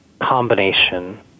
combination